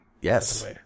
Yes